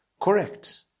correct